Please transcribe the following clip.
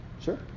Sure